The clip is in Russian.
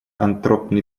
антропный